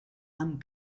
amb